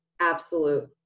absolute